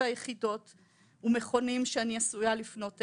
היחידות ומכונים שאני עשויה לפנות אליהם,